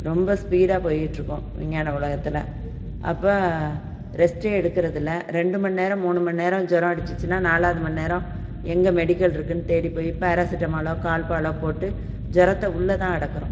ரொம்ப ஸ்பீடாக போய்கிட்டு இருக்கோம் விஞ்ஞான உலகத்தில் அப்போ ரெஸ்ட்டே எடுக்கிறது இல்லை ரெண்டு மணி நேரம் மூணு மணி நேரம் ஜூரம் அடிச்சிச்சுன்னா நாலாவது மணி நேரம் எங்கே மெடிக்கல் இருக்குதுன்னு தேடி போய் பேராசெட்டமாலோ கால்பாலோ போட்டு ஜூரத்த உள்ளே தான் அடக்கிறோம்